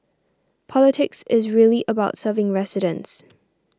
politics is really about serving residents